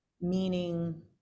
meaning